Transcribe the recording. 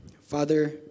Father